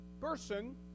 person